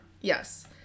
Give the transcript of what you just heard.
yes